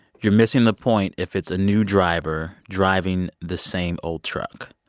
you're missing the point if it's a new driver driving the same old truck.